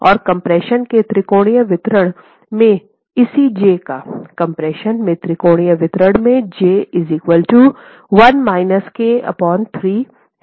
और कम्प्रेशन के त्रिकोणीय वितरण में इसी j का कम्प्रेशन के त्रिकोणीय वितरण में j 1 k 3 हैं